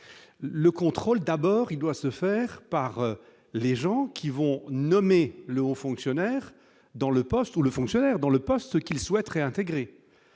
le contrôle d'abord, il doit se faire par les gens qui vont nommer le haut fonctionnaire dans le poste, ou le fonctionnaire dans le poste qu'il souhaiterait intégrer